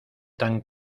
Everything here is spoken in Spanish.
tan